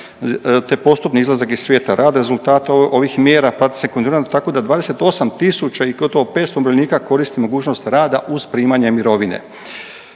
te postupni izlazak iz svijeta rada. Rezultat ovih mjera prati se kontinuirano, tako da 28000 i gotovo 500 umirovljenika koristi mogućnost rada uz primanje mirovine.